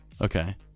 okay